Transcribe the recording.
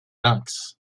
lynx